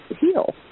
heal